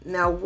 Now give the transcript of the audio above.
Now